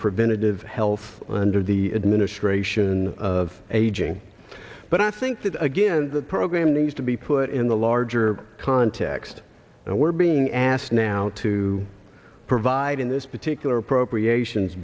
preventative health under the administration of aging but i think that again the program needs to be put in the larger context and we're being asked now to provide in this particular appropriations